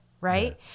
Right